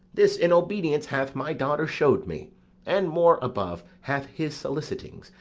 this, in obedience, hath my daughter show'd me and more above, hath his solicitings,